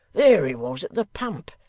there he was at the pump,